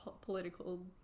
political